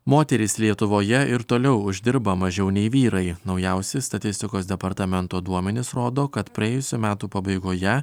moterys lietuvoje ir toliau uždirba mažiau nei vyrai naujausi statistikos departamento duomenys rodo kad praėjusių metų pabaigoje